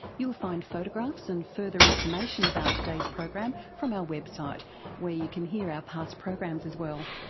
you'll find photographs and further information about today's program from our website where you can hear our past programs as well.